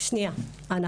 אני